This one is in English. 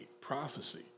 prophecy